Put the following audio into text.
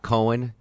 Cohen